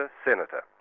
ah senator.